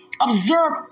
observe